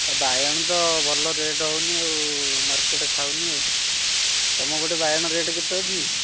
ଆରେ ବାଇଗଣ ତ ଭଲ ରେଟ୍ ହେଉନି ଆଉ ମାର୍କେଟ୍ ଖାଉନି ଆଉ ତୁମ ପଟେ ବାଇଗଣ ରେଟ୍ କେତେ ଅଛି